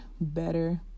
better